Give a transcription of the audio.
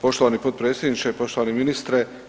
Poštovani potpredsjedniče, poštovani ministre.